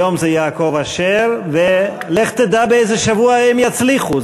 היום זה יעקב אשר, ולך תדע באיזה שבוע הם יצליחו.